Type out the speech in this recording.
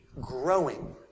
growing